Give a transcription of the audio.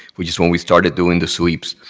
which is when we started doing the sweeps.